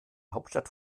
hauptstadt